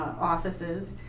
offices